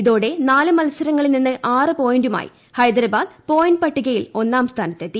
ഇതോടെ നാല് മൽസരങ്ങളിൽ നിന്ന് ആറ് പോയിന്റുമായി ഹൈദരാബാദ് പോയിന്റ് പട്ടികയിൽ ഒന്നാം സ്ഥാനത്തെത്തി